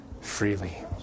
freely